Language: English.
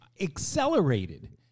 accelerated